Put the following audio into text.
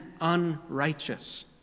unrighteous